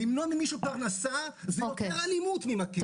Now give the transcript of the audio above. למנוע ממישהו פרנסה זה יותר אלימות ממקל.